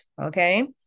okay